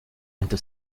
into